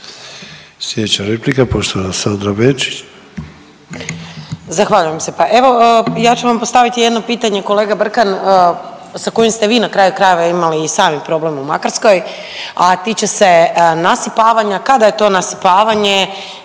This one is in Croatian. Sljedeća replika poštovana Andreja Marić.